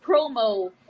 promo